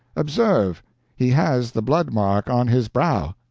observe he has the blood-mark on his brow.